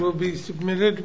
will be submitted